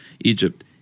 Egypt